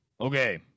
Okay